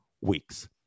weeks